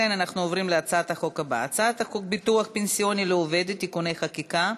אנחנו עוברים להצעה הבאה: הצעת חוק ביטוח פנסיוני לעובד (תיקוני חקיקה),